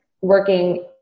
working